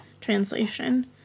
translation